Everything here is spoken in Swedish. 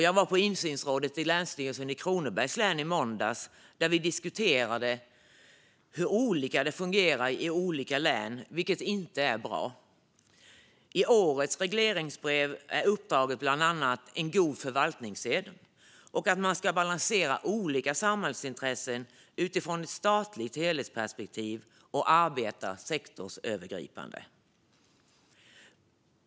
Jag var med på Länsstyrelsen Kronobergs insynsråd i måndags, och där diskuterade vi hur olika det fungerar i olika län, vilket inte är bra. I årets regleringsbrev är uppdraget bland annat en god förvaltningssed och att man ska balansera olika samhällsintressen utifrån ett statligt helhetsperspektiv och arbeta sektorsövergripande.